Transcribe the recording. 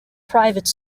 private